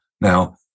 Now